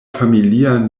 familia